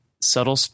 subtle